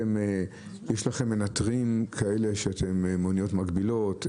יש לכם מנתרים כאלה מאניות מקבילות?